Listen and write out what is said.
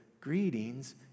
Greetings